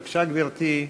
בבקשה, גברתי.